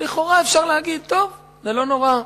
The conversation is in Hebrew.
לכאורה אפשר להגיד: טוב, זה לא נורא.